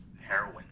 heroin